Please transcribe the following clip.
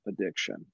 addiction